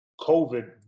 COVID